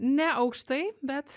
ne aukštai bet